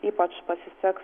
ypač pasiseks